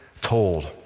told